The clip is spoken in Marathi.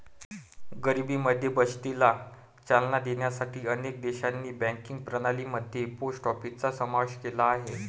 गरिबांमध्ये बचतीला चालना देण्यासाठी अनेक देशांनी बँकिंग प्रणाली मध्ये पोस्ट ऑफिसचा समावेश केला आहे